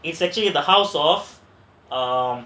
it's actually the house of um